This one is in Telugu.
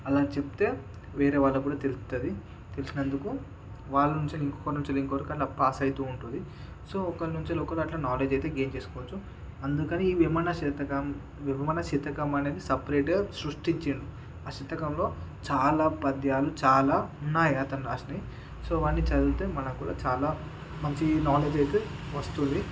అలా చెప్తే వేరే వాళ్ళకి కూడా తెలుస్తుంది తెలిసినందుకు వాళ్ళ నుంచి ఇంకొకొళ్ళ నుంచి ఇంకొకొళ్ళకు అలా పాస్ అయితూ ఉంటుంది సో ఒకరి నుంచి ఒకళ్ళు అట్ల నాలెడ్జ్ అయితే గైన్ చేసుకోవచ్చు అందుకని ఈ వేమన శతకం వేమన శతకం అనేది సెపరేట్గా సృష్టించిండ్రు ఆ శతకంలో చాలా పద్యాలు చాలా ఉన్నాయి అతను వ్రాసినవి సో అవన్నీ చదివితే మనక్కూడా చాలా మంచి నాలెడ్జ్ అయితే వస్తుంది సో